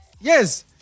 Yes